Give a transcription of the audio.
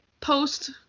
post